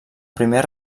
primer